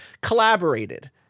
collaborated